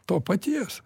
to paties